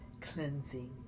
cleansing